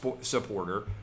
supporter